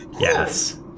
yes